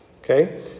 Okay